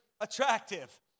attractive